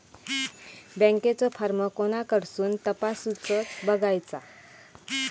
बँकेचो फार्म कोणाकडसून तपासूच बगायचा?